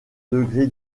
degré